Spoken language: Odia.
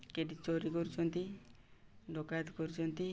କିଏ ଏଠି ଚୋରି କରୁଛନ୍ତି ଡକାୟତ କରୁଛନ୍ତି